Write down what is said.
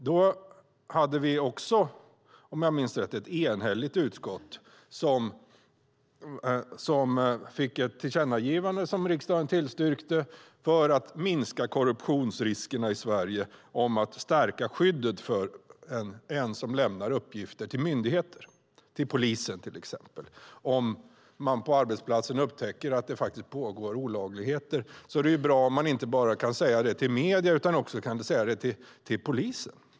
Om jag minns rätt var också då utskottet enhälligt om att föreslå ett tillkännagivande, vilket riksdagen biföll, för att minska korruptionsriskerna i Sverige, det vill säga stärka skyddet för den som lämnar uppgifter till myndigheter, till exempel polisen. Om man på sin arbetsplats upptäcker att det faktiskt pågår olagligheter är det bra om man inte bara kan säga det till medierna utan också till polisen.